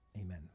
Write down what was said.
Amen